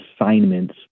assignments